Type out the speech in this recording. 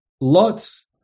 lots